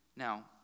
Now